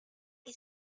que